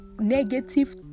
negative